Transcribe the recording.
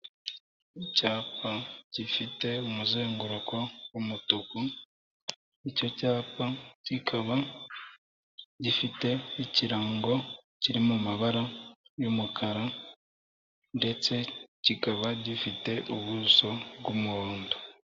Icyapa gifite umuzenguruko w'umutuku, icyo cyapa kikaba gifite ikirango kiri mu mabara y'umukara ndetse kikaba gifite ubuso bw'umuhondo.